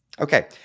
Okay